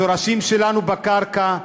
השורשים שלנו בקרקע,